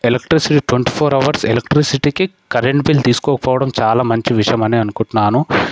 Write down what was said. electricity twenty four hours ఎలక్ట్రిసిటీకి current bill తీసుకోకపోవడం చాలా మంచి విషయమని అనుకుంటున్నాను